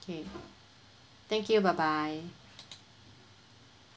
okay thank you bye bye